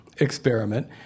experiment